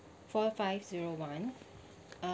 four five zero one